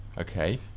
Okay